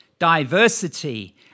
diversity